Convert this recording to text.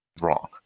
wrong